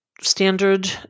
standard